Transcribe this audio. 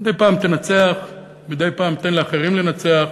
מדי פעם תנצח, מדי פעם תן לאחרים לנצח,